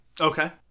Okay